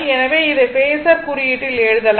எனவே இதை பேஸர் குறியீட்டில் எழுதலாம்